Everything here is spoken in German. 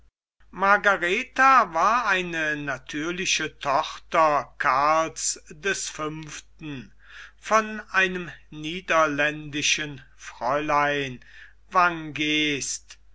margaretha war eine natürliche tochter karls des fünften von einem niederländischen fräulein